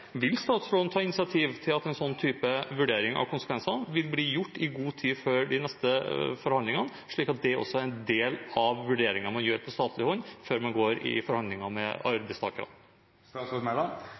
Vil statsråden ta initiativ til at en slik type vurdering av konsekvensene vil bli gjort i god tid før de neste forhandlingene, slik at det også er en del av vurderingen man gjør på statlig hold, før man går i forhandlinger med